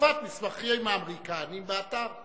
הדלפת המסמכים האמריקניים באתר.